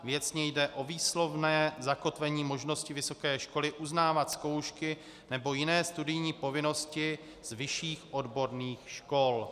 Věcně jde o výslovné zakotvení možnosti vysoké školy uznávat zkoušky nebo jiné studijní povinnosti z vyšších odborných škol.